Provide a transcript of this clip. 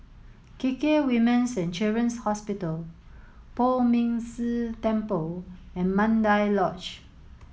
K K Women's and Children's Hospital Poh Ming Tse Temple and Mandai Lodge